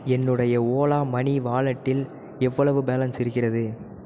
என்னுடைய ஓலா மணி வாலெட்டில் எவ்வளவு பேலன்ஸ் இருக்கிறது